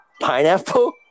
pineapple